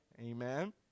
Amen